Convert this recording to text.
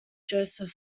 joseph